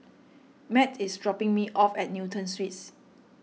Matt is dropping me off at Newton Suites